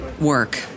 work